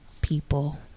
people